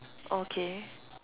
okay